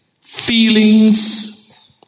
feelings